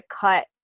cut